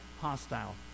hostile